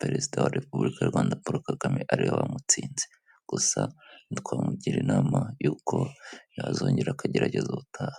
perezida wa repubulika y'u rRwanda Paul Kagame ariwe wamutsinze, gusa nti twamugira inama y'uko yazongera akagerageza ubutaha.